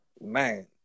Man